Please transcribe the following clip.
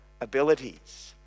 abilities